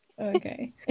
Okay